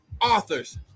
authors